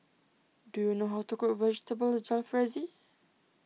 do you know how to cook Vegetable Jalfrezi